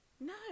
No